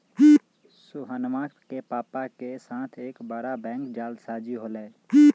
सोहनवा के पापा के साथ एक बड़ा बैंक जालसाजी हो लय